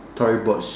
Tory Burch